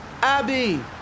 Abby